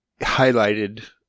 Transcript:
highlighted